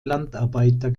landarbeiter